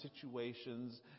situations